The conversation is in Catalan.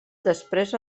després